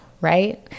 right